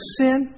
sin